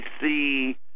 see